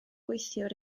gweithiwr